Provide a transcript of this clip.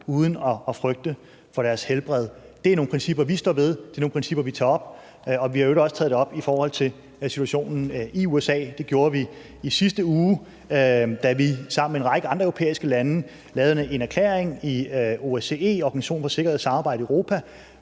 principper, vi står ved, og det er nogle principper, vi tager op, og vi har i øvrigt også taget det op i forhold til situationen i USA; det gjorde vi i sidste uge, da vi sammen med en række andre europæiske lande lavede en erklæring i OSCE, Organisationen for Sikkerhed og Samarbejde i Europa,